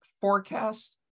forecast